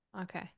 okay